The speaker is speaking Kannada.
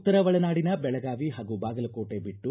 ಉತ್ತರ ಒಳನಾಡಿನ ಬೆಳಗಾವಿ ಹಾಗೂ ಬಾಗಲಕೋಟೆ ಬಿಟ್ಟು